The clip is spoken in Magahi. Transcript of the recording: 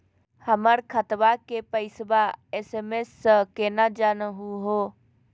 हमर खतवा के पैसवा एस.एम.एस स केना जानहु हो?